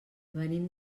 venim